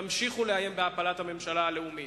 תמשיכו לאיים בהפלת הממשלה הלאומית,